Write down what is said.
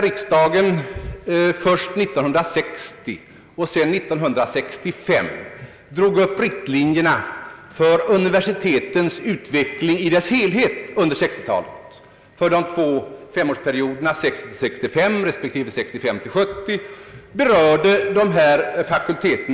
Riksdagen drog först 1960 och sedan 1965 upp riktlinjerna för universitetens utveckling i sin helhet under 1960-talet för de två femårsperioderna 1960—1965 respektive 1965—1970.